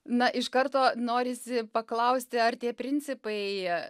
na iš karto norisi paklausti ar tie principai